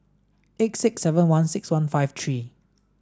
eight six seven one six one five three